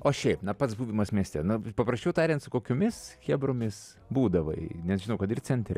o šiaip na pats būdamas mieste na paprasčiau tariant su kokiomis chebromis būdavai nes žinau kad ir centre